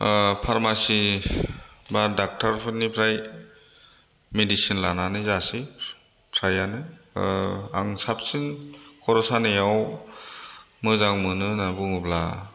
pharmacy एबा डक्ट'रफोरनिफ्राय medicine लानानै जासै फ्रायानो आं साबसिन खर' सानायाव मोजां मोनो होननानै बुङोब्ला